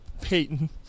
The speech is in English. Peyton